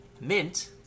mint